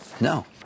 No